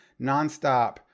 nonstop